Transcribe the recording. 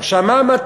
עכשיו, מה המטרה?